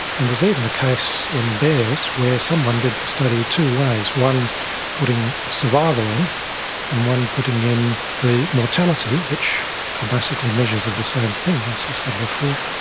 and there's even a case in bears where someone did the study two ways, one putting survival in and one putting in the mortality, which are basically measures of the same thing, as i said before.